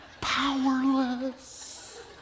Powerless